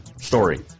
story